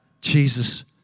Jesus